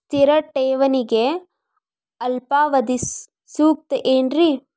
ಸ್ಥಿರ ಠೇವಣಿಗೆ ಅಲ್ಪಾವಧಿ ಸೂಕ್ತ ಏನ್ರಿ?